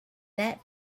that